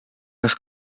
kas